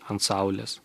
ant saulės